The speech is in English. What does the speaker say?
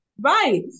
Right